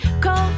cold